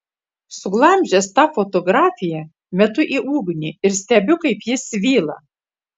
suglamžęs tą fotografiją metu į ugnį ir stebiu kaip ji svyla